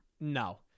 No